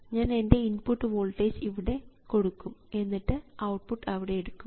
ഞാൻ എൻറെ input voltage ഇവിടെ കൊടുക്കും എന്നിട്ട് ഔട്ട്പുട്ട് അവിടെ എടുക്കും